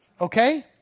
okay